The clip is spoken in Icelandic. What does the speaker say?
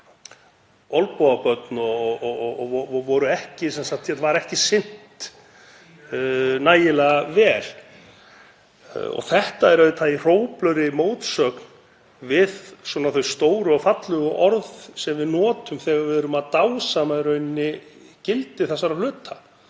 og var ekki sinnt nægilega vel. Það er auðvitað í hróplegri mótsögn við þau stóru og fallegu orð sem við notum þegar við erum að dásama gildi þessara hluta.